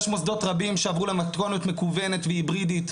יש מוסדות רבים שעברו למתכונת מקוונת והיברידית.